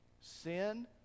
Sin